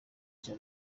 cya